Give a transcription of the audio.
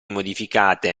modificate